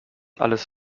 alles